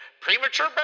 Premature